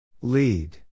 Lead